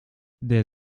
der